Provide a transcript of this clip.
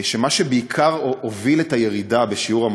מה שבעיקר הוביל את הירידה בשיעור המועסקים,